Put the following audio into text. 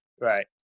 Right